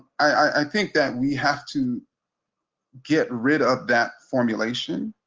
i think that we have to get rid of that formulation.